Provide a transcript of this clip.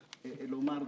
תודה רבה, אדוני.